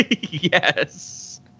yes